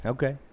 Okay